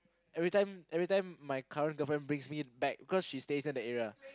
everytime everytime my current girlfriend brings me back because she stays near the area